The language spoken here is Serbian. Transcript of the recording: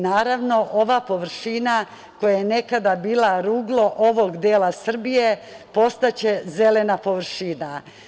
Naravno, ova površina, koja je nekada bila ruglo ovog dela Srbije, postaće zelena površina.